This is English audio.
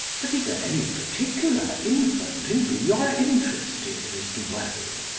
but is there any particular infant in whom you are interested, mr. worthing?